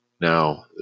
Now